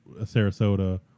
Sarasota